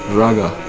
raga